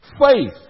faith